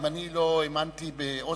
אם אני לא האמנתי באוסלו,